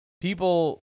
people